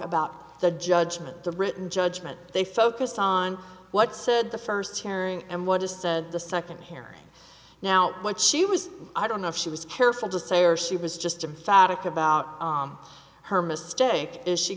about the judgment the written judgment they focused on what said the first hearing and what is said the second here now what she was i don't know if she was careful to say or she was just a phatic about her mistake is she